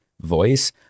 voice